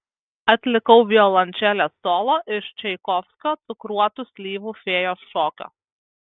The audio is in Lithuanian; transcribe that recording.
atlikau violončelės solo iš čaikovskio cukruotų slyvų fėjos šokio